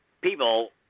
people –